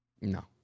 no